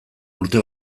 urte